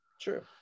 true